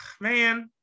man